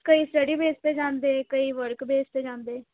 ਕਈ study base 'ਤੇ ਜਾਂਦੇ ਕਈ ਵਰਕ ਬੇਸ 'ਤੇ ਜਾਂਦੇ